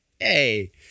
Hey